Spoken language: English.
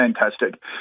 fantastic